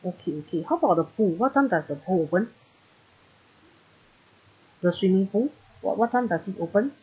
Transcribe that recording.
okay okay how about the pool what time does the pool open the swimming pool what what time does it open